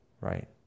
Right